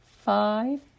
five